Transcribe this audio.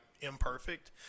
imperfect